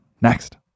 next